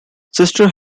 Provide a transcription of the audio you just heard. sister